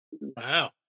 wow